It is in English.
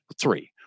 three